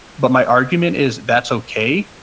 but my argument is that's okay.